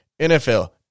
NFL